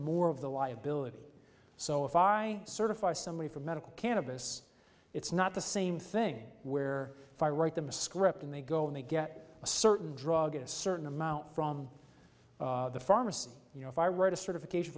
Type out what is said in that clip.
more of the liability so if i certify somebody for medical cannabis it's not the same thing where if i write them a script and they go and they get a certain drug a certain amount from the pharmacy you know if i write a certification